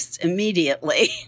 immediately